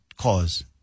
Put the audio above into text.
cause